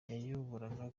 yayoboraga